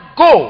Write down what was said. go